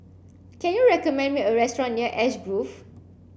can you recommend me a restaurant near Ash Grove